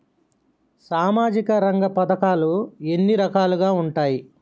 సామాజిక రంగ పథకాలు ఎన్ని రకాలుగా ఉంటాయి?